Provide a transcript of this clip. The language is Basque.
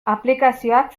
aplikazioak